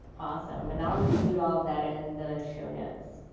awesome. and i'll include all of that in the show notes.